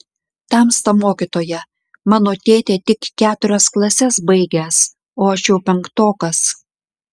tamsta mokytoja mano tėtė tik keturias klases baigęs o aš jau penktokas